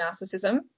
Narcissism